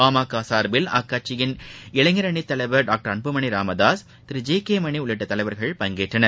பா ம க சார்பில் அக்கட்சியின் இளைஞரனி தலைவர் டாக்டர் அன்புமனி ராமதாஸ் திரு ஜி கே மணி உள்ளிட்ட தலைவர்கள் பங்கேற்றனர்